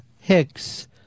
Hicks